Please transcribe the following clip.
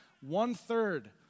one-third